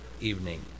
evening